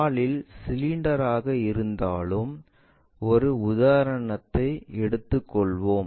தாளில் சிலிண்டராக இருந்தாலும் ஒரு உதாரணத்தை எடுத்துக் கொள்வோம்